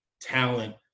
talent